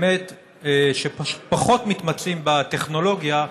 שבאמת פחות מתמצאים בטכנולוגיה,